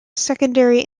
secondary